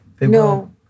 No